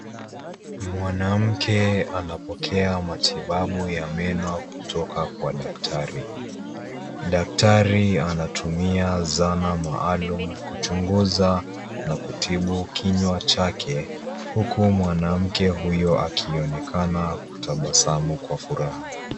Mwanamke anapokea matibabu ya meno kutoka kwa daktari. Daktari anatumia zana maalum kuchunguza na kutibu kinywa chake, huku mwanamke huyo akionekana kutabasamu kwa furaha.